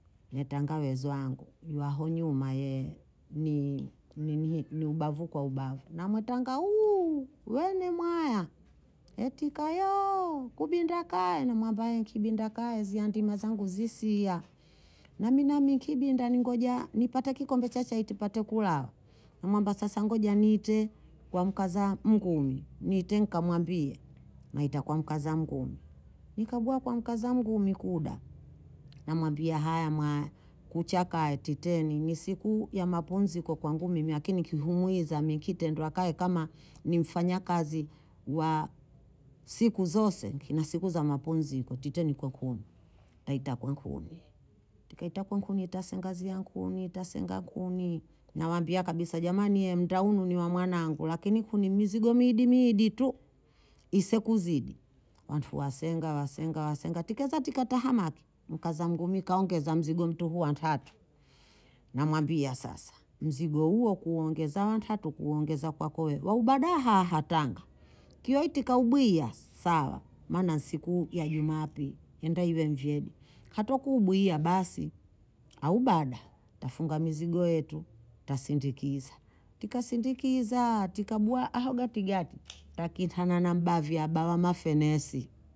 Yetanga wezi wangu, yu aho nyuma ye ni- ninihii ubavu kwa ubavu, namwetanga huu wene mwaya, etika yoo kubinda kaye, namwamba ee nkibinda kaye ziya ndima zangu zisiya, nami nami nkibinda ningoja npate kikombe cha chai tipate kulawa, namwamba sasa ngoja niite kwa mkaza mngumi, niite nkamwambie, naita kwa mkaza mngumi, nikabuha kwa mkaza mngumi kuda, namwamba haya mwaya kuchakaye teteni ni siku ya mapumziko kwangu mimi akini kikumwihiza mi kitendwa kae kama ni mfanya kazi wa siku zose, kina siku za mapumziko tite niko kuni, taita nkwe kuni, tikaita kwenkuni tasangazia nkuni, tasenga kunii, nawambia kabisa jamani muda munu ni wa mwanangu lakini kuni mizigo miidi miidi tu isekuzidi, wantu wasenga wasenga wasenga tikeza tikatahamaki mkaza angu mi kaongeza mzigo mtuhu wa ntatu, namwambia sasa mzigo huo kuongeza wantatu kuongeza kwako wewe waubadaha aha tanga, kiwa iti kaubwiya sawa maana nsiku ya jumaapili enda iwe mvyedu, hato kubwiya basi aubada tafunga mizigo yetu tasindikiza, tikasindikiza tikabuha ahugatigati ndakitana na mbavya abawa mafenesi